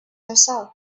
yourself